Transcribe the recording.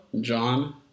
John